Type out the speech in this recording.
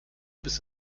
bis